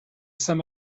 saint